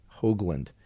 Hoagland